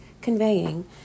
conveying